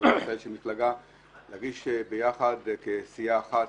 ואגודת ישראל, נוהגים להגיש ביחד, כסיעה אחת,